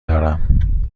دارم